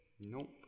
Nope